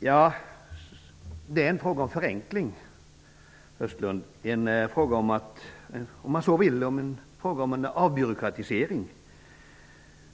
Det är en fråga om förenkling och avbyråkratisering.